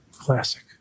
classic